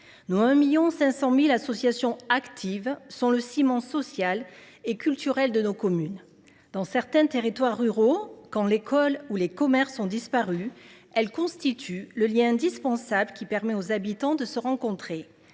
Nos 1,5 million d’associations actives sont le ciment social et culturel de nos communes. Dans certains territoires ruraux, quand l’école ou les commerces ont disparu, elles constituent le lien indispensable qui permet aux habitants de se rencontrer.